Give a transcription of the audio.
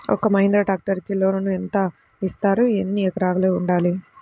ఒక్క మహీంద్రా ట్రాక్టర్కి లోనును యెంత ఇస్తారు? ఎన్ని ఎకరాలు ఉండాలి?